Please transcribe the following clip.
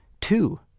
Two